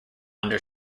under